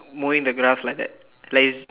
mowing the grass like that like it's